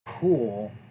Cool